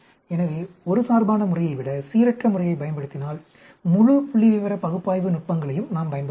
எனவே ஒரு சார்பான முறையை விட சீரற்ற முறையைப் பயன்படுத்தினால் முழு புள்ளிவிவர பகுப்பாய்வு நுட்பங்களையும் நாம் பயன்படுத்தலாம்